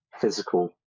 physical